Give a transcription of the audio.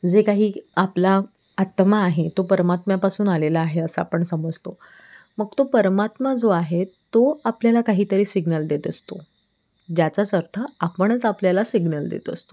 जे काही आपला आत्मा आहे तो परमात्म्यापासून आलेला आहे असं आपण समजतो मग तो परमात्मा जो आहे तो आपल्याला काहीतरी सिग्नल देत असतो ज्याचाच अर्थ आपणच आपल्याला सिग्नल देत असतो